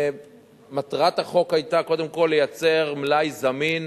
מטרת החוק היתה, קודם כול, לייצר מלאי זמין